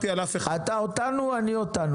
אתה אותנו, אני אותנו.